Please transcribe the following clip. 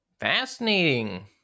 fascinating